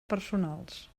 personals